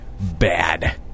bad